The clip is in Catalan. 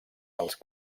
pels